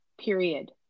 period